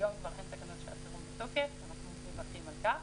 היום כבר אין תקנות לשעת חירום בתוקף ואנחנו מברכים על כך.